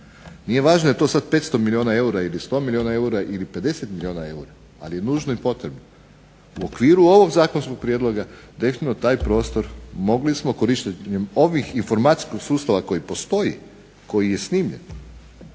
Nije važno jel to sad 500 milijuna eura ili 100 milijuna eura ili 50 milijuna eura ali je nužno i potrebno u okviru ovog zakonskog prijedloga definitivno taj prostor mogli smo korištenjem ovog informacijskog sustava koji postoji, koji je snimljen,